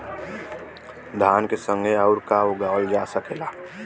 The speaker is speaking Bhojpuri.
धान के संगे आऊर का का उगावल जा सकेला?